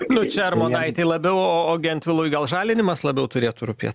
nu čia armonaitei labiau o gentvilui gal žalinimas labiau turėtų rūpėt